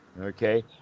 Okay